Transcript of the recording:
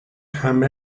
همه